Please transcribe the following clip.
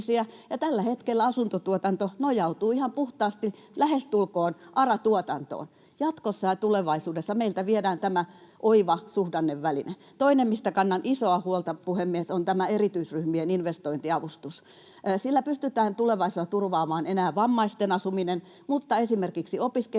Tällä hetkellä asuntotuotanto nojautuu lähestulkoon ihan puhtaasti ARA-tuotantoon. Jatkossa ja tulevaisuudessa meiltä viedään tämä oiva suhdanneväline. Toinen, mistä kannan isoa huolta, puhemies, on tämä erityisryhmien investointiavustus. Sillä pystytään tulevaisuudessa turvaamaan enää vammaisten asuminen, mutta esimerkiksi opiskelija-asuntotuotantoa